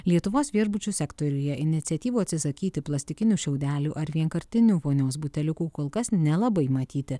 lietuvos viešbučių sektoriuje iniciatyvų atsisakyti plastikinių šiaudelių ar vienkartinių vonios buteliukų kol kas nelabai matyti